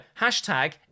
hashtag